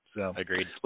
Agreed